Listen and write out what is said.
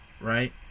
right